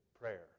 prayer